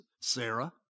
Sarah